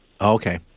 Okay